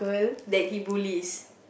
that he bullies